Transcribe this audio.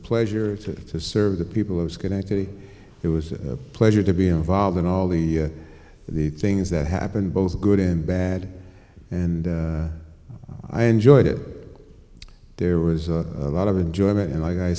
pleasure to serve the people i was going to it was a pleasure to be involved in all the the things that happen both good and bad and i enjoyed it there was a lot of enjoyment and like i